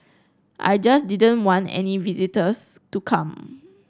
I just didn't want any visitors to come